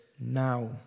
now